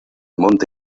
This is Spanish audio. monte